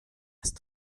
erst